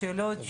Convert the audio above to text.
שאלות,